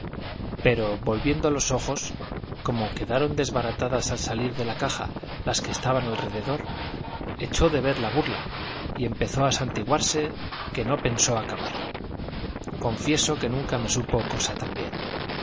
pero volviendo los ojos como quedaron desbaratadas al salir de la caja las que estaban alrededor echó de ver la burla y empezó a santiguarse que no pensó acabar confieso que nunca me supo cosa